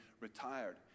retired